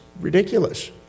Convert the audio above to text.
ridiculous